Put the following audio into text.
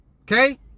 Okay